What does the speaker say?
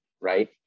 right